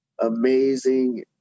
amazing